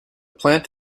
plant